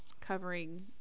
covering